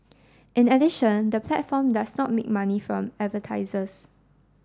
in addition the platform does not make money from advertisers